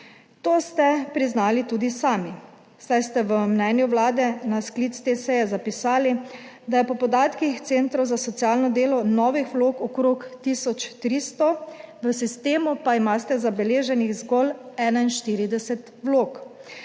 To ste priznali tudi sami, saj ste v mnenju Vlade na sklic te seje zapisali, da je po podatkih centrov za socialno delo novih vlog okrog 1300, v sistemu pa imate zabeleženih zgolj 41 vlog.